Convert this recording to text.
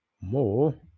more